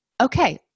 Okay